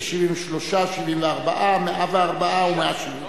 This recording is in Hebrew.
73, 74, 104 ו-170.